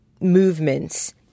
movements